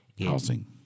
Housing